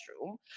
room